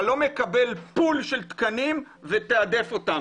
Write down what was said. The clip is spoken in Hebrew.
אתה לא מקבל פול של תקנים ומתעדף אותם,